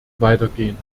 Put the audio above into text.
weitergehen